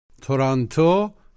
Toronto